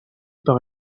par